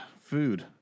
food